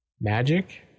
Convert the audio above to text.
Magic